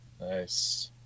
Nice